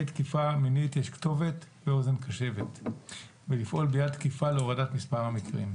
תקיפה מינית יש כתובת ואוזן קשבת ולפעול ביד תקיפה להורדת מספר המקרים.